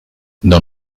dans